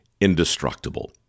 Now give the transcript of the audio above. indestructible